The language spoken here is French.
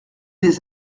des